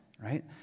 right